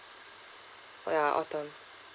oh ya autumn